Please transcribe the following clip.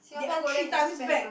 they earn three times back